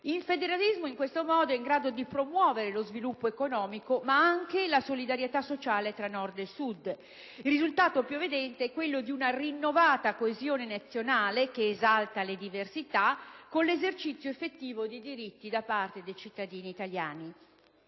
Il federalismo in tal modo è in grado di promuovere lo sviluppo economico, ma anche la solidarietà sociale tra Nord e Sud. Il risultato più evidente è quello di una rinnovata coesione nazionale - che esalta le diversità - con l'effettivo esercizio dei diritti da parte dei cittadini italiani.